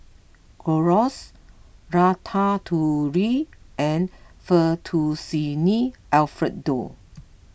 Gyros Ratatouille and Fettuccine Alfredo